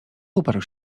uparł